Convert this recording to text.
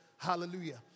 Hallelujah